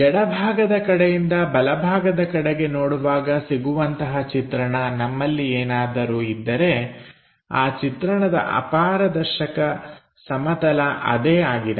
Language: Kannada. ಎಡಭಾಗದ ಕಡೆಯಿಂದ ಬಲಭಾಗದ ಕಡೆಗೆ ನೋಡುವಾಗ ಸಿಗುವಂತಹ ಚಿತ್ರಣ ನಮ್ಮಲ್ಲಿ ಏನಾದರೂ ಇದ್ದರೆ ಆ ಚಿತ್ರಣದ ಅಪಾರದರ್ಶಕ ಸಮತಲ ಅದೇ ಆಗಿದೆ